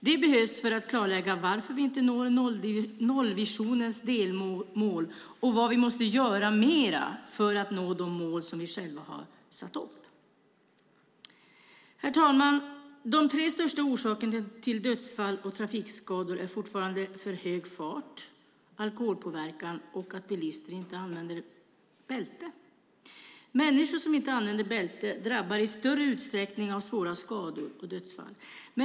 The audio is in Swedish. Det behövs för att klarlägga varför vi inte når nollvisionens delmål och vad vi måste göra mer för att nå de mål som vi själva har satt upp. Herr talman! De tre största orsakerna till dödsfall och trafikskador är fortfarande för hög fart, alkoholpåverkan och att bilister inte använder bälte. Människor som inte använder bälte drabbas i större utsträckning av svåra skador och dödsfall.